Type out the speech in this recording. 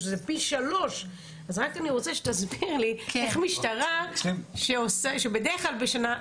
שזה פי 3. אז רק אני רוצה שתסביר לי איך משטרה שבדרך כלל בשנה,